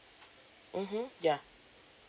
mmhmm ya